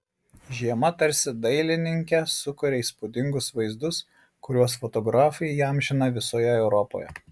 žiema tarsi dailininke sukuria įspūdingus vaizdus kuriuos fotografai įamžina visoje europoje